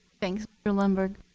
thanks, mr. lundberg.